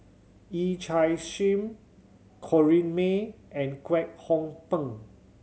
Yee Chia Hsing Corrinne May and Kwek Hong Png